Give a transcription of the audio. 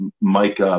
Mike